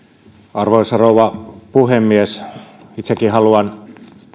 arvoisa rouva puhemies itsekin haluan